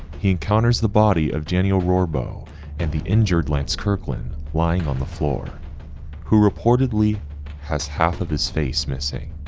he encounters the body of danny rohrbough and the injured lance kirklin lying on the floor who reportedly has half of his face missing.